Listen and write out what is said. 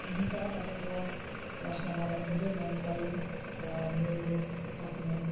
हुन्छ तपाईँको प्रश्न मलाई खुबै मन पर्यो र मेरो आफ्नो